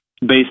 based